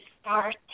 Start